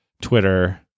Twitter